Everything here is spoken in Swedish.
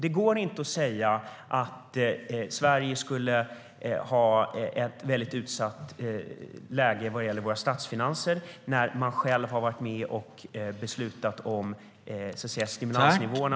Det går inte att säga att Sverige skulle ha ett väldigt utsatt läge vad gäller våra statsfinanser när man själv har varit med och beslutat om stimulansnivåerna.